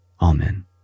Amen